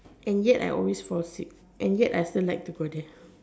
and yet I always fall sick and yet I still like to go there